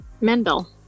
mendel